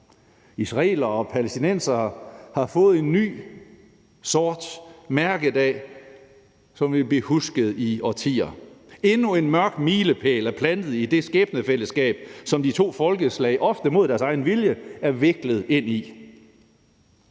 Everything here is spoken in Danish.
Israelere og palæstinensere har fået en ny sort mærkedag, som vil blive husket i årtier. Endnu en mørk milepæl er plantet i det skæbnefællesskab, som de to folkeslag, ofte mod deres egen vilje, er viklet ind i.